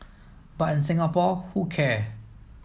but in Singapore who care